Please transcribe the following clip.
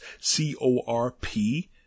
C-O-R-P